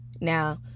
now